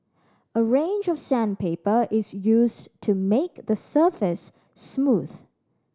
a range of sandpaper is used to make the surface smooth